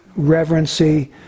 reverency